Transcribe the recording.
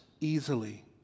easily